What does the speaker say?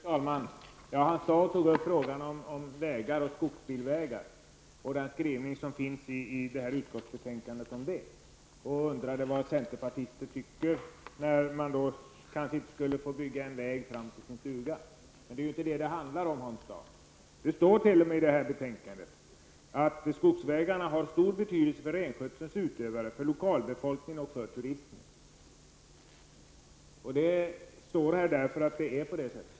Fru talman! Hans Dau tog upp frågan om skogsbilvägar och den skrivning som finns i utskottsbetänkandet. Han undrar vad centerpartister anser om att man inte skulle få bygga en väg fram till sin stuga. Men det är inte det frågan handlar om, Hans Dau. Det står i betänkandet att skogsvägarna har stor betydelse för renskötselns utövare, för lokalbefolkningen och för turismen. Det står så, eftersom det är på det sättet.